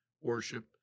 worship